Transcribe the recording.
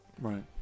Right